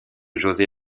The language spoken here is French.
josé